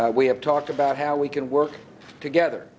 we have talked about how we can work together